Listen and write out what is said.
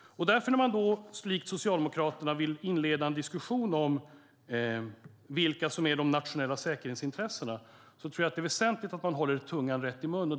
När man då, likt Socialdemokraterna, vill inleda en diskussion om vilka som är de nationella säkerhetsintressena tror jag att det är väsentligt att man håller tungan rätt i mun.